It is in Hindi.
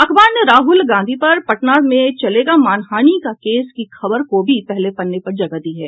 अखबार ने राहुल गांधी पर पटना में चलेगा मानहानि का केस क ी खबर को भी पहले पन्ने पर जगह दी है